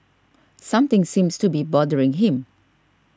something seems to be bothering him